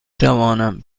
توانم